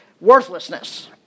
worthlessness